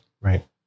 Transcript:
Right